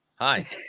hi